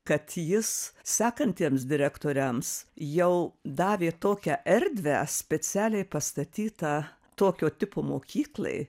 kad jis sekantiems direktoriams jau davė tokią erdvę specialiai pastatytą tokio tipo mokyklai